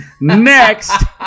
Next